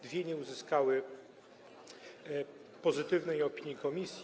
Dwie nie uzyskały pozytywnej opinii komisji.